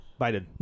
Biden